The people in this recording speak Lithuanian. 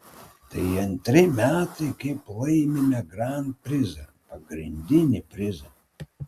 tai antri metai kaip laimime grand prizą pagrindinį prizą